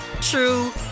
true